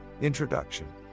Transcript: Introduction